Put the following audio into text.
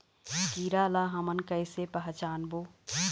कीरा ला हमन कइसे पहचानबो?